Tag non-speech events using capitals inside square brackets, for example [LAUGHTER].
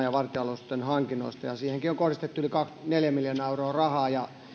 [UNINTELLIGIBLE] ja vartioalusten hankinnoista siihenkin on kohdistettu yli neljä miljoonaa euroa rahaa ja